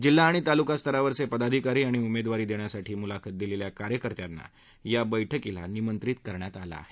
जिल्हा आणि तालुका स्तरावरचे पदाधिकारी आणि उमेदवारी देण्यासाठी मुलाखत दिलेल्या कार्यकर्त्यांना या बैठकीस निमंत्रित करण्यात आलं आहे